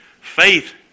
Faith